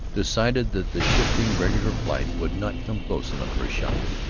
decided that the shifting regular flight would not come close enough for a shot.